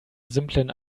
simplen